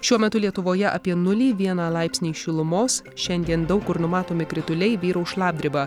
šiuo metu lietuvoje apie nulį vieną laipsniai šilumos šiandien daug kur numatomi krituliai vyraus šlapdriba